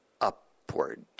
Upward